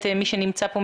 נוספות.